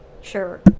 sure